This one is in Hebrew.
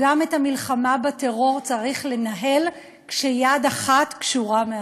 גם את המלחמה בטרור צריך לנהל כשיד אחת קשורה מאחור.